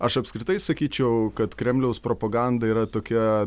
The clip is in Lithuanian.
aš apskritai sakyčiau kad kremliaus propaganda yra tokia